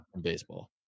baseball